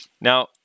now